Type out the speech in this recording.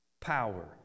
power